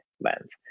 lens